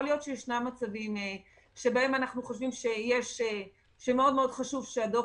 יכול להיות שישנם מצבים שבהם אנחנו חושבים שמאוד מאוד חשוב שהדוח